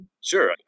Sure